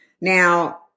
Now